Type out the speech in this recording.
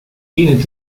tiene